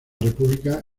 república